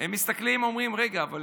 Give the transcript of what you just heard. הם מסתכלים ואומרים: רגע, אבל